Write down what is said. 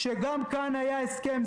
כשרציתם היו סעיפים